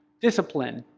discipline,